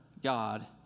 God